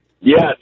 Yes